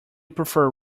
prefer